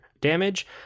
damage